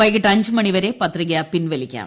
വൈകിട്ട് അഞ്ചു മണിവരെ പത്രിക പിൻവലിക്കാം